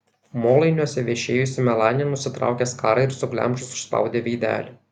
molainiuose viešėjusi melanija nusitraukė skarą ir suglemžus užspaudė veidelį